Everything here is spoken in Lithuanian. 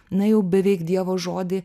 na jau beveik dievo žodį